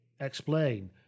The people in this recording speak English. explain